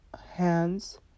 hands